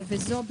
הסתייגות 21,